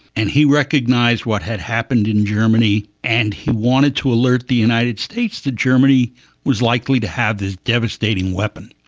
and he recognised what had happened in germany and he wanted to alert the united states that germany was likely to have this devastating weapon.